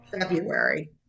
February